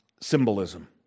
symbolism